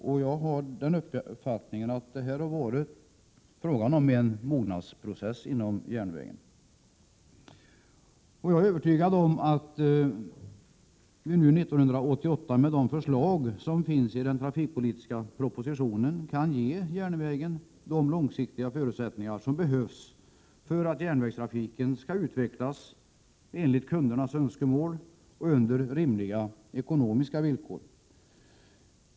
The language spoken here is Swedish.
Det är min uppfattning att det här har varit fråga om en mognadsprocess inom järnvägen. Jag är övertygad om att vi nu 1988, med de förslag som finns i den trafikpolitiska propositionen, kan ge järnvägen de långsiktiga förutsättningar som behövs för att järnvägstrafiken skall utvecklas enligt kundernas önskemål och under rimliga ekonomiska villkor.